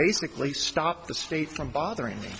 basically stop the state from bothering me